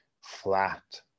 flat